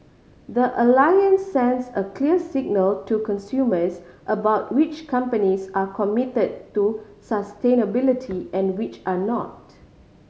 the Alliance sends a clear signal to consumers about which companies are committed to sustainability and which are not